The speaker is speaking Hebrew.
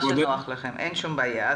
אין שום בעיה.